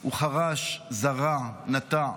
הוא חרש, זרע, נטע,